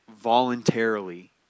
voluntarily